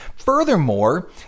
Furthermore